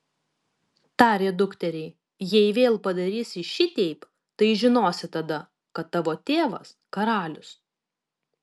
tarė dukteriai jei vėl padarysi šiteip tai žinosi tada kad tavo tėvas karalius